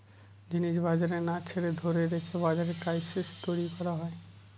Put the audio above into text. জিনিস বাজারে না ছেড়ে ধরে রেখে বাজারে ক্রাইসিস তৈরী করা হয়